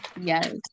Yes